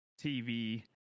tv